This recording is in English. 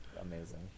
Amazing